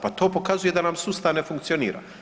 Pa to pokazuje da nam sustav ne funkcionira.